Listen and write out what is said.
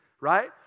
right